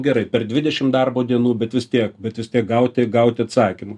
gerai per dvidešim darbo dienų bet vis tiek bet vis tiek gauti gauti atsakymą